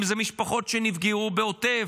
אם זה משפחות שנפגעו בעוטף,